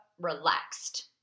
relaxed